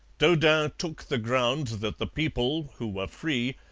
daudin took the ground that the people, who were free,